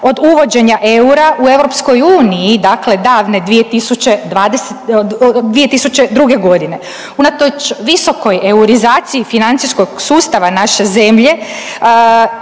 od uvođenja eura u EU, dakle davne 2002. godine. Unatoč visokoj eurizaciji financijskog sustava naše zemlje,